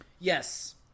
Yes